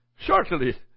Shortly